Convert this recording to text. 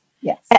Yes